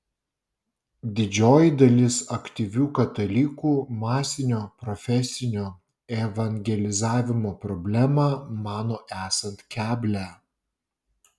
didžioji dalis aktyvių katalikų masinio profesinio evangelizavimo problemą mano esant keblią